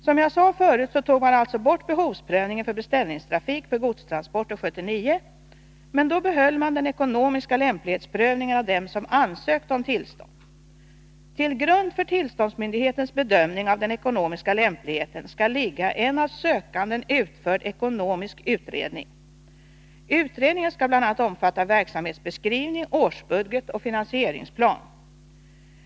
Som jag förut sade tog man alltså bort behovsprövningen för beställningstrafik med godstransporter 1979 men behöll den ekonomiska lämplighetsprövningen av dem som ansökte om tillstånd. Till grund för tillståndsmyndigheternas bedömning av den ekonomiska lämpligheten skall ligga en av sökanden utförd ekonomisk utredning. Utredningen skall omfatta bl.a. verksamhetsbeskrivning, årsbudget och finansieringsplan.